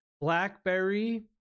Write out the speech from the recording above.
BlackBerry